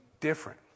different